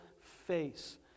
face